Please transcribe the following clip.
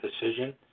decision